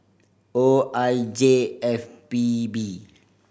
O I J F P B